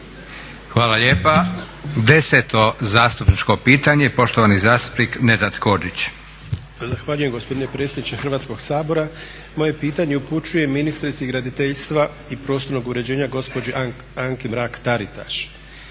Hvala lijepa. 10. zastupničko pitanje i poštovani zastupnik Nedžad Hodžić. **Hodžić, Nedžad (BDSH)** Zahvaljujem gospodine predsjedniče Hrvatskog sabora. Moje pitanje upućujem ministrici graditeljstva i prostornog uređenja gospođi Anki Mrak Taritaš.